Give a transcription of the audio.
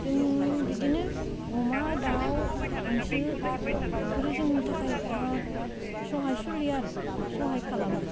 जों बिदिनो अमा दाउ हांसो इफोरो जोंनि थाखाय बिराद सहायसुलि आरो सहाय खालामो